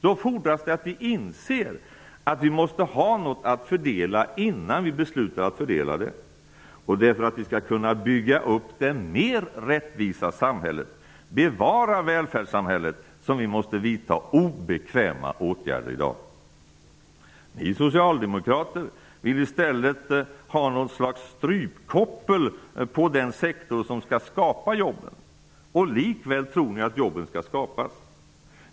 Då fordras det att vi inser att vi måste ha något att fördela, innan vi beslutar om fördelningen. Det är för att vi skall kunna bygga upp det mer rättvisa samhället och bevara välfärdssamhället som vi i dag måste vidta obekväma åtgärder. Ni socialdemokrater vill i stället ha något slags strypkoppel på den sektor som skall skapa jobben. Likväl tror ni att jobben skall skapas.